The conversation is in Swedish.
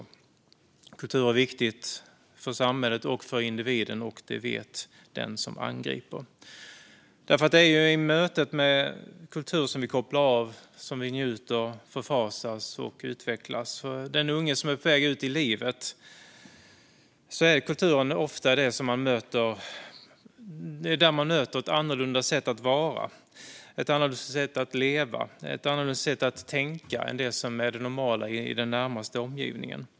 Kultur är viktigt för samhället och för individen, och det vet den som angriper. Det är i mötet med kultur vi kopplar av, njuter, förfasas och utvecklas. För den unge som är på väg ut i livet är det ofta i kulturen man möter ett annorlunda sätt att vara, ett annorlunda sätt att leva och ett annorlunda sätt att tänka än det som är det normala i den närmaste omgivningen.